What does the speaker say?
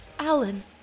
Alan